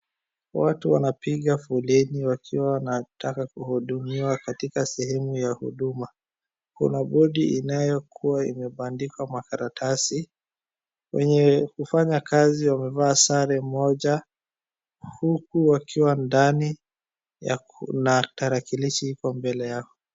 Watu wanapiga foreni wakiwa wanataka kuhudumiwa katika sehemu ya huduma. Kuna bodi inayokuwa imebandikwa makaratasi, wenye kufanya kazi wamevaa sare moja, huku wakiwa ndani na tarakirishi iko mbele yao.